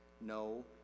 No